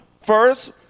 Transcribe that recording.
first